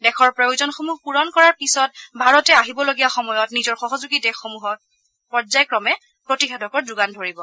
দেশৰ প্ৰয়োজনসমূহ পূৰণ কৰাৰ পিছত ভাৰতে আহিবলগীয়া সময়ত নিজৰ সহযোগী দেশসমূহক পৰ্যায়ক্ৰমে প্ৰতিষেধকৰ যোগান ধৰিব